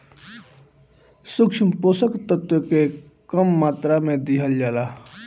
सूक्ष्म पोषक तत्व के कम मात्रा में दिहल जाला